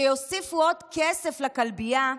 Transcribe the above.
שיוסיפו עוד כסף לכלבייה,